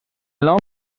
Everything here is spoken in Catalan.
nom